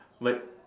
word